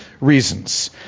reasons